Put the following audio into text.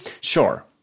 sure